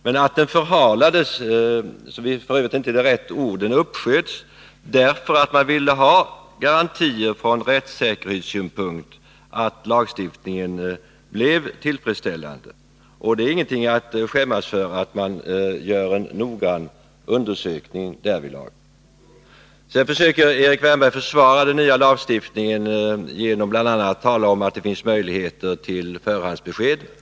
Men klausulen uppsköts — förhalades är inte rätta ordet — därför att vi ville ha garantier från rättssäkerhetssynpunkt för att lagstiftningen blev tillfredsställande, och det är ingenting att skämmas för att man gör en noggrann undersökning därvidlag. Sedan försöker Erik Wärnberg försvara den nya lagstiftningen genom att bl.a. tala om att det finns möjligheter till förhandsbesked.